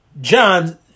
John